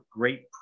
great